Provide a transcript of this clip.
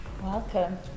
Welcome